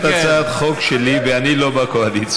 זאת הצעת חוק שלי, ואני לא בקואליציה.